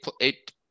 eight